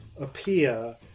appear